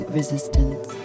resistance